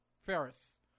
Ferris